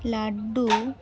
laddu